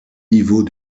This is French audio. niveaux